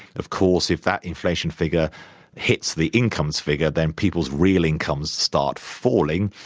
of course, if that inflation figure hits the incomes figure, then people's real incomes start falling.